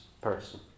person